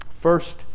First